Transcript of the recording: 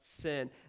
sin